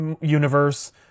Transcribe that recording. universe